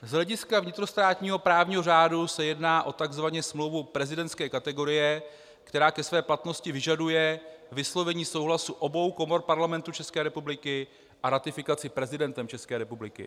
Z hlediska vnitrostátního právního řádu se jedná o takzvaně smlouvu prezidentské kategorie, která ke své platnosti vyžaduje vyslovení souhlasu obou komor Parlamentu České republiky a ratifikaci prezidentem České republiky.